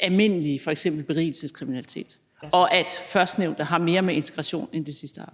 almindelig kriminalitet, f.eks. berigelseskriminalitet, at førstnævnte har mere med integration at gøre, end det sidste har?